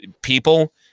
People